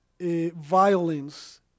violence